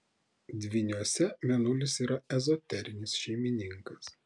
dvyniuose mėnulis yra ezoterinis šeimininkas